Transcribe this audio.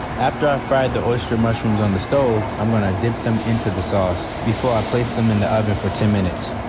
after i fry the oyster mushrooms on the stove, i'm gonna dip them into the sauce before i place them in the oven for ten minutes.